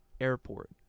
airport